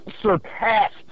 surpassed